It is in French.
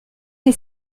est